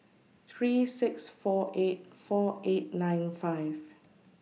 three six four eight four eight nine five